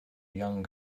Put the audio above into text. young